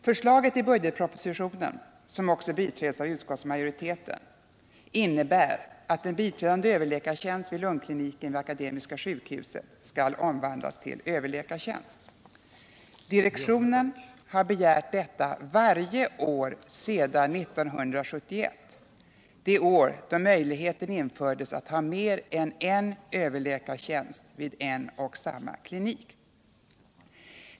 Förslaget i budgetpropositionen, som också biträds av utskottsmajoriteten, innebär att en biträdande överläkartjänst vid lungkliniken vid Akademiska sjukhuset skall omvandlas till överläkartjänst. Direktionen har begärt detta varje år sedan 1971, det år då möjligheten infördes att ha mer än en överläkartjänst vid en och samma klinik.